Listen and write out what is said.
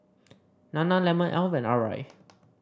Nana lemon Alf and Arai